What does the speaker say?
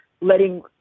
letting